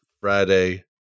Friday